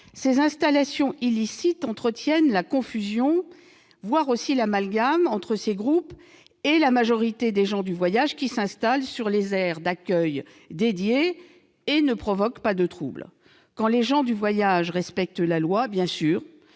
Ces installations illicites entretiennent la confusion, voire l'amalgame, entre ces groupes et la majorité des gens du voyage, qui s'installent sur les aires d'accueil dédiées et ne provoquent pas de troubles. Bien sûr, quand les gens du voyage respectent la loi, il faut